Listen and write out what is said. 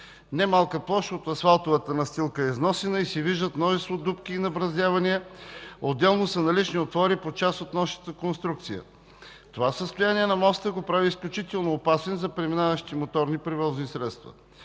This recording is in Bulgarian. Немалка площ от асфалтовата настилка е износена и се виждат множество дупки и набраздявания, отделно са налични отвори по част от носещата конструкция. Това състояние на моста го прави изключително опасен за преминаващи моторни превозни средства.